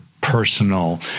personal